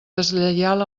deslleial